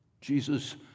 Jesus